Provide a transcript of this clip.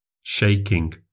shaking